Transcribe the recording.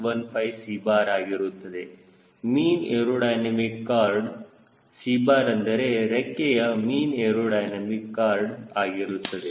15 𝑐¯ ಆಗಿರುತ್ತದೆ mean aerodynamic chord 𝑐¯ ಅಂದರೆ ರೆಕ್ಕೆಯ ಮೀನ್ ಏರೋಡೈನಮಿಕ್ ಕಾರ್ಡ್ ಆಗಿರುತ್ತದೆ